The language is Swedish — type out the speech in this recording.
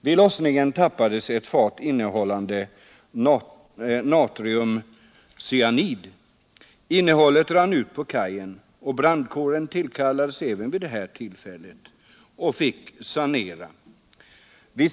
Vid lossningen tappades ett fat innehållande natriumcyanid. Innehållet rann ut på kajen. Brandkåren tillkallades även vid detta tillfälle och fick sanera.